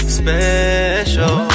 special